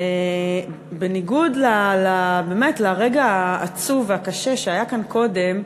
בניגוד לרגע העצוב והקשה שהיה כאן קודם,